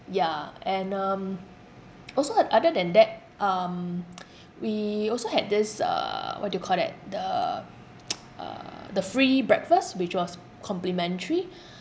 yeah and um also uh other than that um we also had this uh what do you call that the uh the free breakfast which was complementary